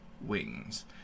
wings